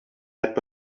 had